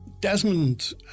Desmond